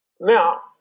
now